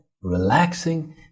relaxing